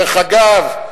דרך אגב,